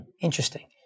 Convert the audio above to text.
interesting